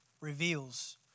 reveals